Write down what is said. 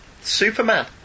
Superman